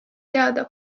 teada